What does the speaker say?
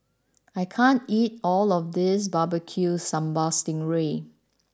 I can't eat all of this Barbecue Sambal Sting Ray